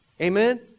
amen